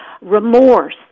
remorse